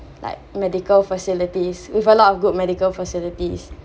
like medical facilities with a lot of good medical facilities